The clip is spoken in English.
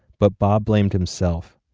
but bob blamed himself,